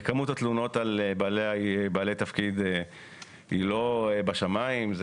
כמות התלונות על בעלי תפקיד היא לא בשמיים.